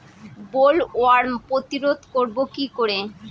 Bollworm প্রতিরোধ করব কি করে?